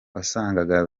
wasangaga